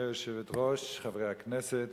גברתי היושבת-ראש, חברי הכנסת,